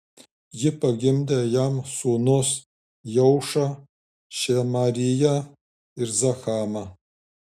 ji pagimdė jam sūnus jeušą šemariją ir zahamą